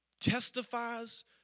testifies